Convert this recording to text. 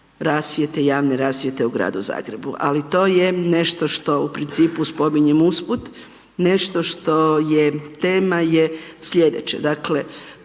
rasvjete, javne rasvjete u Gradu Zagrebu, ali to je nešto što u principu spominjemo usput, nešto što je tema je slijedeće,